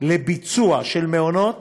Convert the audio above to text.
לביצוע מעונות